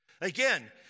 Again